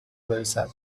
برسد